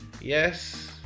Yes